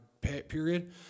period